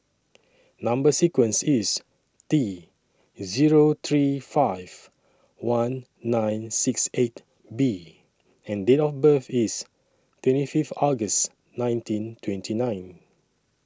Number sequence IS T Zero three five one nine six eight B and Date of birth IS twenty Fifth August nineteen twenty nine